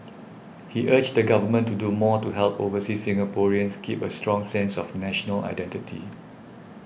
he urged the Government to do more to help overseas Singaporeans keep a strong sense of national identity